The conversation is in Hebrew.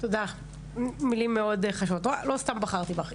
תודה מילים מאוד חשובות, הנה לא סתם בחרתי בך.